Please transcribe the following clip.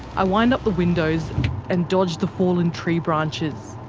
i wind up the windows and dodge the fallen tree branches,